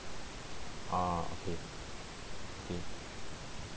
ah okay okay